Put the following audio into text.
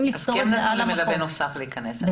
--- אז כן מאפשרים למלווה נוסף להיכנס.